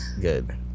good